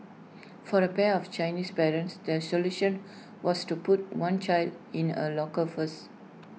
for A pair of Chinese parents their solution was to put one child in A locker first